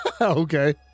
Okay